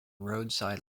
roadside